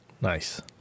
Nice